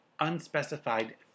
unspecified